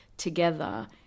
together